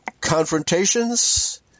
confrontations